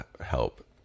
help